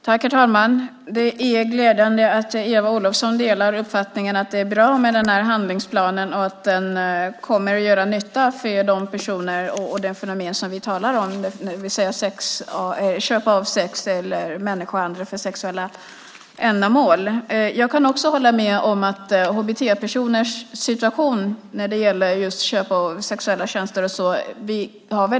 Herr talman! Det är glädjande att Eva Olofsson delar uppfattningen att det är bra med handlingsplanen och att den kommer att göra nytta för de personer och de fenomen som vi talar om, det vill säga köp av sex eller människohandel för sexuella ändamål. Jag kan hålla med om att vi har väldigt lite kunskap om HBT-personers situation när det gäller köp av sexuella tjänster.